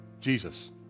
Jesus